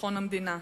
לביטחון המדינה.